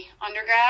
undergrad